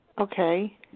Okay